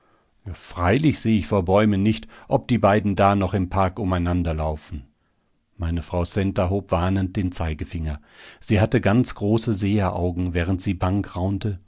freilich seh ich vor bäumen nicht ob die beiden da noch im park umeinander laufen meine frau centa hob warnend den zeigefinger sie hatte ganz große seheraugen während sie bang raunte